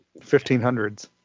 1500s